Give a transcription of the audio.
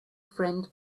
friend